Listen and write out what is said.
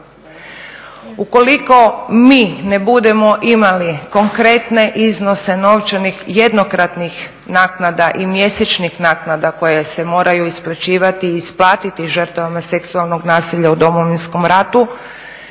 Ukoliko mi ne budemo imali konkretne iznose novčanih, jednokratnih naknada i mjesečnih naknada koje se moraju isplaćivati i isplatiti žrtvama seksualnog nasilja u Domovinskom ratu